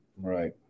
Right